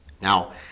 Now